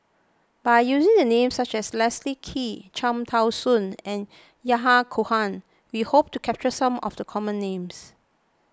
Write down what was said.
by using the names such as Leslie Kee Cham Tao Soon and Yahya Cohen we hope to capture some of the common names